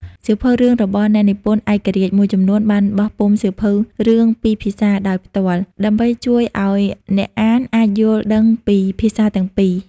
សៀវភៅរឿងរបស់ អ្នកនិពន្ធឯករាជ្យ មួយចំនួនបានបោះពុម្ពសៀវភៅរឿងពីរភាសាដោយផ្ទាល់ ដើម្បីជួយឲ្យអ្នកអានអាចយល់ដឹងពីភាសាទាំងពីរ។